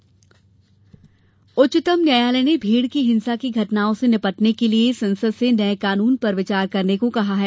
उच्चतम न्यायालय उच्चतम न्यायालय ने भीड़ की हिंसा की घटनाओं से निपटने के लिये संसद से नये कानून पर विचार करने को कहा है